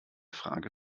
frage